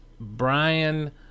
brian